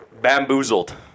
bamboozled